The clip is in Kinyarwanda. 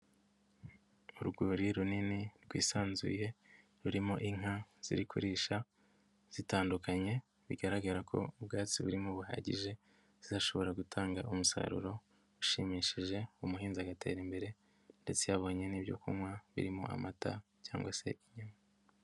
Urwuri runini rwisanzuye rurimo inka ziri kurisha zitandukanye bigaragara ko ubwatsi burimo buhagije zizashobora gutanga umusaruro ushimishije, umuhinzi agatera imbere ndetse yabonye n'ibyo kunywa birimo amata cyangwa se inyama.